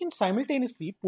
simultaneously